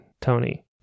Tony